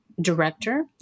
director